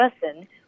person